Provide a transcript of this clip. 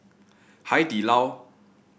Hai Di Lao